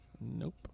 Nope